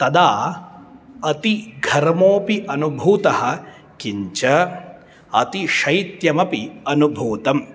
तदा अतिघर्मोऽपि अनुभूतः किञ्च अतिशैत्यमपि अनुभूतम्